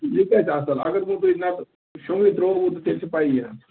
اگر وۄنۍ تُہۍ نتہٕ شۄنٛگٕے ترٛووٕ تہٕ تیٚلہِ چھِ پیی حظ